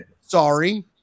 Sorry